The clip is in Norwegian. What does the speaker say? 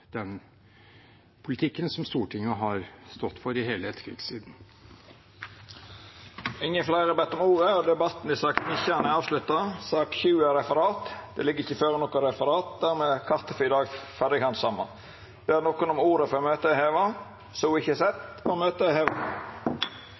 den politikken som Stortinget har stått for i hele etterkrigstiden. Fleire har ikkje bedt om ordet til sak nr. 19. Det ligg ikkje føre noko referat. Dermed er kartet for i dag ferdig handsama. Ber nokon om ordet før møtet vert heva?